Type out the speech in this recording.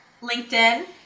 LinkedIn